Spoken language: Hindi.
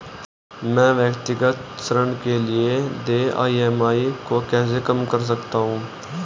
मैं व्यक्तिगत ऋण के लिए देय ई.एम.आई को कैसे कम कर सकता हूँ?